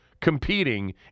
competing